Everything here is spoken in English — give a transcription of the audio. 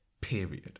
Period